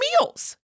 meals